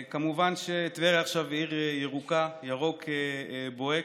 כמובן שטבריה עכשיו היא עיר ירוקה, ירוק בוהק,